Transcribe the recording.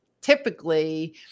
typically